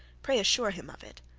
pray assure him of it.